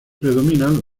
predominan